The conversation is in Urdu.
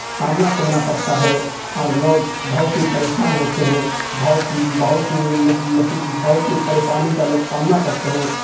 سامنا کرنا پڑتا ہے اور لوگ بہت ہی بریشان ہوتے ہیں بہت بہت ہی بہت ہی پریشانی کا لوگ سامنا کرتے ہیں